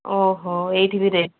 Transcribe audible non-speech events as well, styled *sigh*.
ଓହୋ ଏଇଠି ବି *unintelligible*